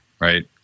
right